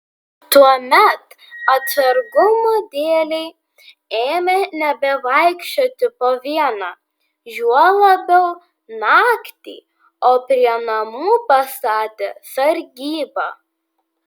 tuomet atsargumo dėlei ėmė nebevaikščioti po vieną juo labiau naktį o prie namų pastatė sargybą